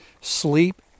sleep